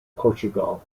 portugal